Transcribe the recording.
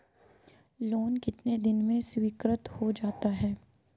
Loan कितने दिन में स्वीकृत हो जाता है?